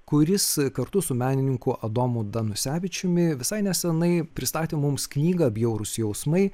kuris kartu su menininku adomu danusevičiumi visai neseniai pristatė mums knygą bjaurūs jausmai